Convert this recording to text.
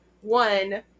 one